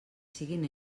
siguin